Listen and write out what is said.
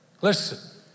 Listen